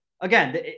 again